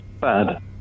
Bad